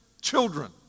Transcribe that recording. children